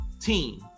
team